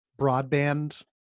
broadband